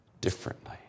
differently